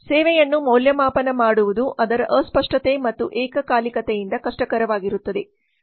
ಸೇವೆಯನ್ನು ಮೌಲ್ಯಮಾಪನ ಮಾಡುವುದು ಅದರ ಅಸ್ಪಷ್ಟತೆ ಮತ್ತು ಏಕಕಾಲಿಕತೆಯಿಂದಾಗಿ ಕಷ್ಟಕರವಾಗಿರುತ್ತದೆ